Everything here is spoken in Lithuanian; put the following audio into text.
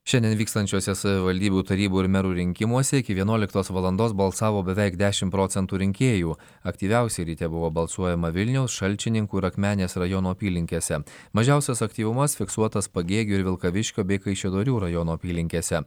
šiandien vykstančiuose savivaldybių tarybų ir merų rinkimuose iki vienuoliktos valandos balsavo beveik dešim procentų rinkėjų aktyviausiai ryte buvo balsuojama vilniaus šalčininkų ir akmenės rajono apylinkėse mažiausias aktyvumas fiksuotas pagėgių ir vilkaviškio bei kaišiadorių rajono apylinkėse